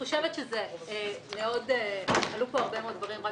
עלו פה הרבה מאוד דברים.